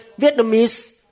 Vietnamese